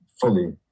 fully